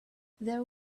there